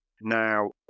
Now